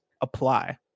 apply